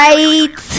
Right